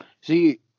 See